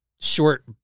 short